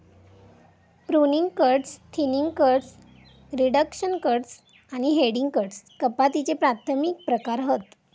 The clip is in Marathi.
pruning cuts, thinning cuts, reduction cuts आणि हेडिंग कट्स कपातीचे प्राथमिक प्रकार हत